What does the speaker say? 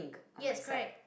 yes correct